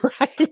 Right